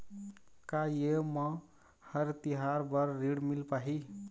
का ये म हर तिहार बर ऋण मिल पाही?